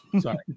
Sorry